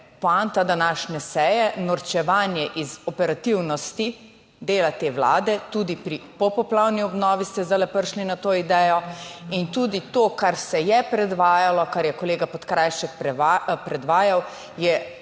poanta današnje seje, norčevanje iz operativnosti dela te vlade, tudi pri popoplavni obnovi ste zdaj prišli na to idejo. In tudi to, kar se je predvajalo, kar je kolega Podkrajšek predvajal je